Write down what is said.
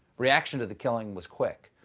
reaction to the killing was quick.